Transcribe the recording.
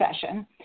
session